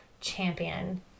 champion